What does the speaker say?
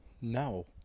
No